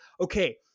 okay